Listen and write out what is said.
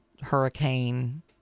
Hurricane